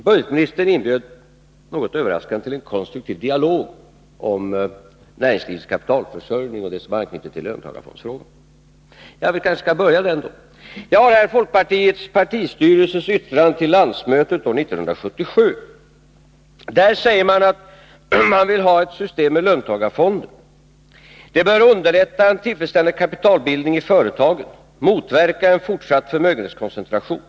Budgetministern inbjöd något överraskande till en konstruktiv dialog om näringslivets kapitalförsörjning med anknytning till löntagarfondsfrågan. Vi kanske skall börja den då. Jag har här folkpartiets partistyrelses yttrande till landsmötet år 1977. Där säger man att man vill ha ett system med löntagarfonder. Det bör, säger man, underlätta en tillfredsställande kapitalbildning i företagen och motverka en fortsatt förmögenhetskoncentration.